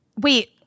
Wait